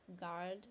guard